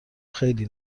خیلی